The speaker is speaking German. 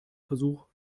versuch